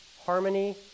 harmony